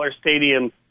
stadium